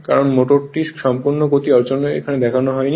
কারণ মোটরটির সম্পূর্ণ গতি অর্জন এখানে দেখানো হয়নি